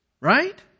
Right